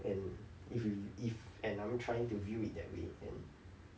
and if you if and I'm trying to view it that way and